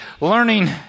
learning